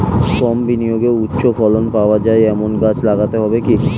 কম বিনিয়োগে উচ্চ ফলন পাওয়া যায় এমন গাছ লাগাতে হবে কি?